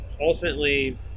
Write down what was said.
ultimately